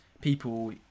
people